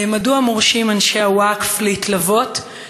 מדוע מורשים אנשי הווקף להתלוות,